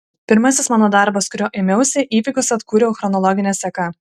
pirmasis mano darbas kurio ėmiausi įvykius atkūriau chronologine seka